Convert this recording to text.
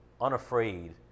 unafraid